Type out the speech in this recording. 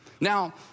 Now